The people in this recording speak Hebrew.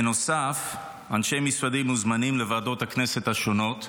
בנוסף, אנשי משרדי מוזמנים לוועדות הכנסת השונות,